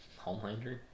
homelander